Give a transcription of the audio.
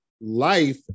life